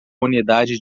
unidade